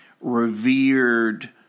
revered